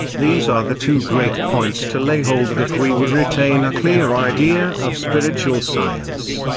these are the two great points to lay hold of if we would retain a clear idea of spiritual science,